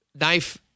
knife